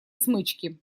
смычки